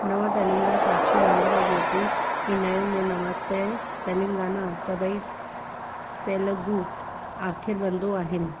नव तेलंगा साक्षी आंध्र ज्योति ईनायू ऐं नमस्ते तेलंगाना सभई तेलुगु अख़िर बधूं आहिनि